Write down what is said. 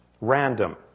random